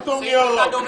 "1.